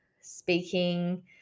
speaking